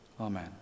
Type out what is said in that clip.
Amen